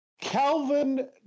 Calvin